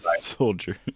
soldier